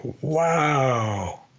Wow